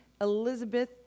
Elizabeth